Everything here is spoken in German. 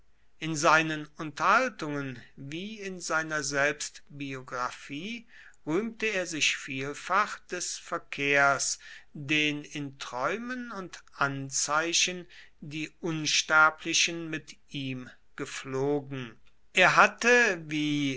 in seinen unterhaltungen wie in seiner selbstbiographie rühmte er sich vielfach des verkehrs den in träumen und anzeichen die unsterblichen mit ihm gepflogen er hatte wie